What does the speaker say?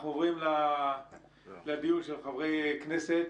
אני עובר לדיון של חברי הכנסת.